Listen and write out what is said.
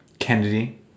Kennedy